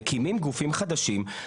מקימים גופים חדשים,